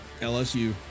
LSU